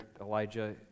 Elijah